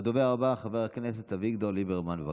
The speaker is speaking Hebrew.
הדובר הבא, חבר הכנסת אביגדור ליברמן, בבקשה.